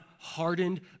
hardened